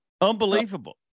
unbelievable